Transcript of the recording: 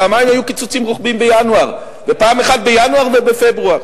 פעם היו קיצוצים רוחביים בינואר ופעם אחת בינואר ובפברואר.